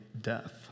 death